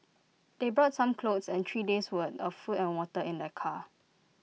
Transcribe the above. they brought some clothes and three days' worth of food and water in their car